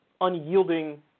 unyielding